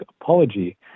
apology